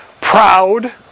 proud